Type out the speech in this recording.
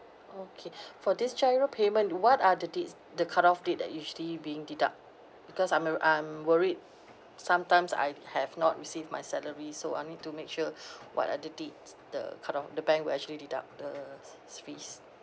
okay for this GIRO payment what are the dates the cutoff date that usually being deduct because I'm wo~ I'm worried sometimes I have not received my salary so I need to make sure what are the dates the cutoff the bank will actually deduct the s~ fees